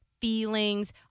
feelings